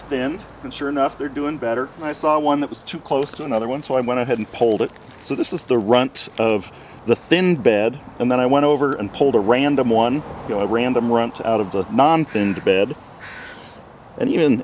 them and sure enough they're doing better and i saw one that was too close to another one so i went ahead and pulled it so this is the runt of the thin bed and then i went over and pulled a random one go random runt out of the non pinned bed and even